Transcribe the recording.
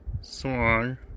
song